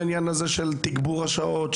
העניין הזה של תגבור השעות?